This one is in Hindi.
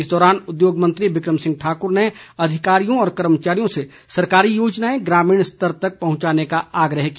इस दौरान उद्योग मंत्री बिक्रम सिंह ने अधिकारियों और कर्मचारियों से सरकारी योजनाएं ग्रामीण स्तर तक पहुंचाने का आग्रह किया